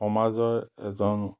সমাজৰ এজন